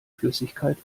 flüssigkeit